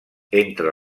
entre